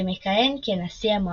שמכהן כנשיא המועדון.